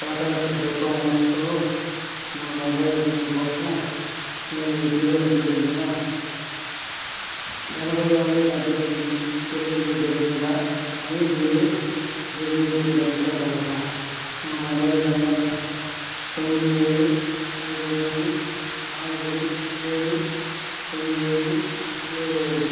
టాటా డొకోమోతో నా mobile bill కోసం నేను ఇటీవల చెల్లించిన ఎనభై ఆరు డెబ్బై తొమ్మిది చెల్లింపు జరిగిందా అని మీరు ధృవీకరించగలరా నా మొబైల్ నెంబర్ తొమ్మిది ఏడు ఐదు ఐదు నాలుగు ఏడు తొమ్మిది ఐదు ఏడు ఐదు